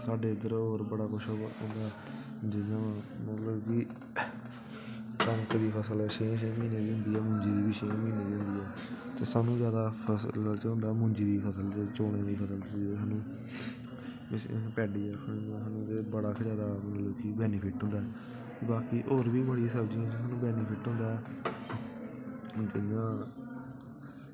साढ़े उद्धर होर बड़ा किश होंदा जि'यां मतलब कि मुंजी ते कनक छें छें म्हीनै दी होंदी ओह् ते समझी लैना मुंजी दी चौलें दी फसल ते एह्दे चा बी बड़ा गंद निकलदा बाकी होर सब्ज़ियें चा बी बड़ा गंद निकलदा ते इ'यां